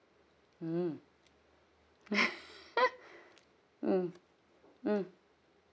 mm mm mm